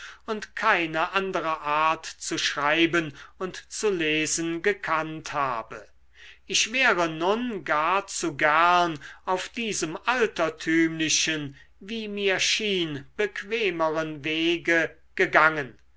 und keine andere art zu schreiben und zu lesen gekannt habe ich wäre nun gar zu gern auf diesem altertümlichen wie mir schien bequemeren wege gegangen